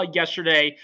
yesterday